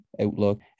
outlook